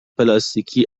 پلاستیکی